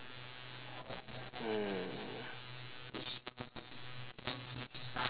mm